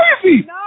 crazy